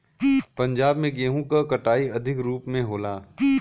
पंजाब में गेंहू क कटाई अधिक रूप में होला